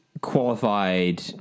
Qualified